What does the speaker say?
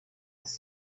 ask